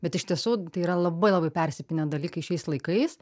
bet iš tiesų tai yra labai labai persipynę dalykai šiais laikais